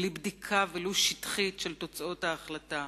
בלי בדיקה ולו שטחית של תוצאות ההחלטה,